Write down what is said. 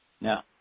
Now